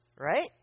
right